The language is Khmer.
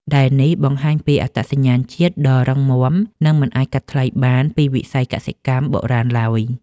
ដែលនេះបង្ហាញពីអត្តសញ្ញាណជាតិដ៏រឹងមាំ និងមិនអាចកាត់ផ្តាច់បានពីវិស័យកសិកម្មបុរាណឡើយ។